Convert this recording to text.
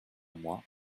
mois